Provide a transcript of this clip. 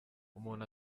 umuntu